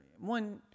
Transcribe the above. one